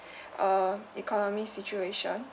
uh economy situation